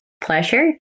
pleasure